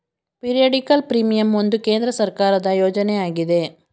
periodical premium ಒಂದು ಕೇಂದ್ರ ಸರ್ಕಾರದ ಯೋಜನೆ ಆಗಿದೆ